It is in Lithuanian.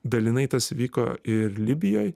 dalinai tas įvyko ir libijoj